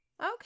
okay